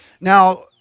Now